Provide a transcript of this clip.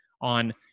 on